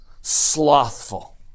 slothful